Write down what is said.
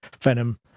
Venom